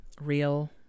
real